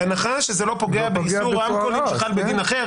בהנחה שזה לא פוגע באיסור רמקולים שחל בדין אחר,